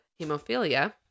hemophilia